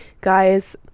guys